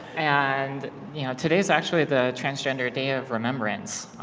and you know today's. actually the transgender day of remembrance,